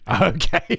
Okay